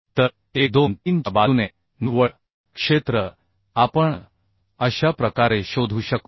तर 1 2 3 च्या बाजूने निव्वळ क्षेत्र आपण अशा प्रकारे शोधू शकतो